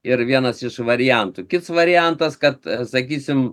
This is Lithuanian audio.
ir vienas iš variantų kits variantas kad sakysim